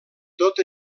tot